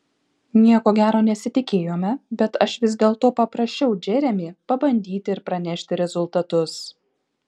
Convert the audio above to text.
nieko gero nesitikėjome bet aš vis dėlto paprašiau džeremį pabandyti ir pranešti rezultatus